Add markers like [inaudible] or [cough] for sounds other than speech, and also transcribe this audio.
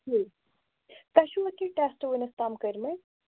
[unintelligible] تۄہہِ چھُوا کیٚنٛہہ ٹٮ۪سٹ وٕنیُک تام کٔرۍمٕتۍ